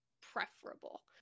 preferable